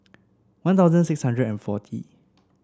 One Thousand six hundred and forty